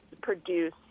produce